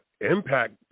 Impact